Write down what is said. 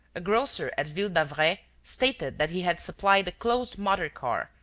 a grocer at ville-d'avray stated that he had supplied a closed motor-car,